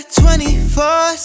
24